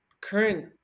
current